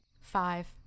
Five